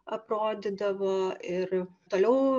aprodydavo ir toliau